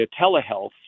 telehealth